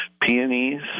peonies